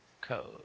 Code